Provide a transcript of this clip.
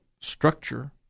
Structure